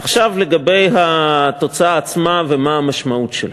עכשיו לגבי התוצאה עצמה ומה המשמעות שלה.